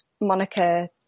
Monica